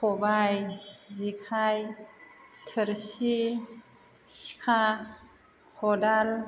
खबाय जेखाय थोरसि सिखा खदाल